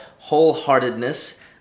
Wholeheartedness